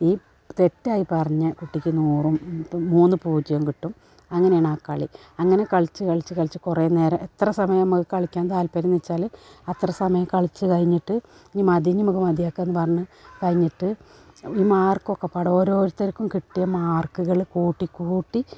ഈ തെറ്റായി പറഞ്ഞ കുട്ടിക്ക് നൂറും മൂന്നു പൂജ്യവും കൂടികിട്ടും അങ്ങനെയാണാ കളി അങ്ങനെ കളിച്ചു കളിച്ചു കളിച്ചു കുറേ നേരം എത്ര സമയം മക്ക് കളിക്കാൻ താത്പര്യമെന്നു വെച്ചാൽ അത്ര സമയം കളിച്ചു കഴിഞ്ഞിട്ട് ഇനി മതി ഇനി മക്ക് മതിയാക്കുകയെന്നു പറഞ്ഞു കഴിഞ്ഞിട്ട് ഈ മാർക്കൊക്കെപ്പാട് ഓരോരുത്തർക്കും കിട്ടിയ മാർക്കുകൾ കൂട്ടിക്കൂട്ടി